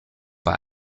bei